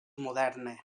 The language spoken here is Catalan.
moderna